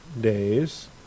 days